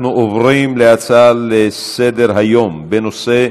אנחנו עוברים להצעה לסדר-היום בנושא: